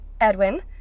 Edwin